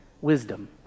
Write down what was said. wisdom